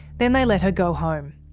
then they let her go home.